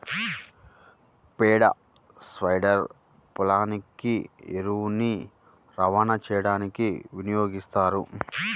పేడ స్ప్రెడర్ పొలానికి ఎరువుని రవాణా చేయడానికి వినియోగిస్తారు